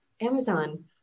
Amazon